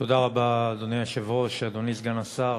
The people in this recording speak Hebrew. תודה רבה, אדוני היושב-ראש, אדוני סגן השר,